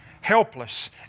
helpless